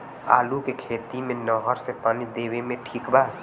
आलू के खेती मे नहर से पानी देवे मे ठीक बा?